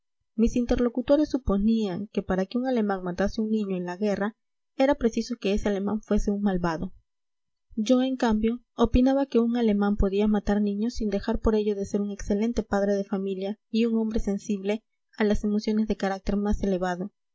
mis interlocutores suponían que para que un alemán matase a un niño en la guerra era preciso que ese alemán fuese un malvado yo en cambio opinaba que un alemán podía matar niños sin dejar por ello de ser un excelente padre de familia y un hombre sensible a las emociones de carácter más elevado